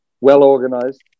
Well-organized